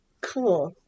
Cool